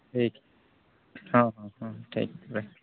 ᱴᱷᱤᱠ ᱦᱚᱸ ᱦᱚᱸ ᱦᱚᱸ ᱴᱷᱤᱠ